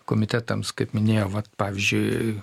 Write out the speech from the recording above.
komitetams kaip minėjau vat pavyzdžiui